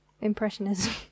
Impressionism